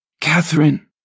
Catherine